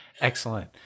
Excellent